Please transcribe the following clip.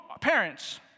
parents